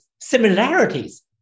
similarities